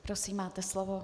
Prosím, máte slovo.